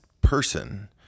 person